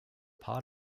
part